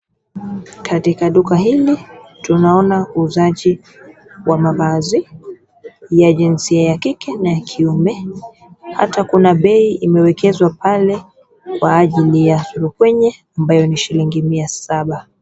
Katika duka hili tunaona uuzaji wa mavazi. Ni ya jinsia ya kike na kiume. Hata kuna bei imewekezwa pale kwa ajili ya surupwenye ambayo ni shilingi mia saba.